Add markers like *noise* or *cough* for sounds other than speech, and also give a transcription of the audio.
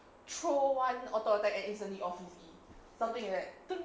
throw one auto attack and easily off his G something like that *noise*